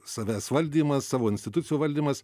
savęs valdymas savo institucijų valdymas